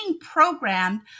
programmed